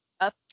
up